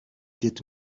did